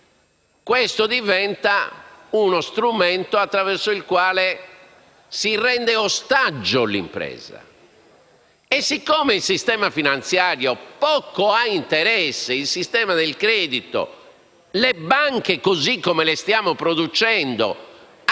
questo diventa uno strumento attraverso il quale si rende ostaggio l'impresa. Il sistema finanziario, il sistema del credito e le banche così come le stiamo producendo hanno